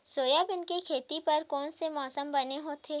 Soybean के खेती बर कोन से मौसम बने होथे?